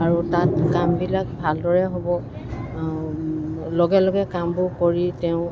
আৰু তাত কামবিলাক ভালদৰে হ'ব লগে লগে কামবোৰ কৰি তেওঁ